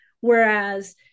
Whereas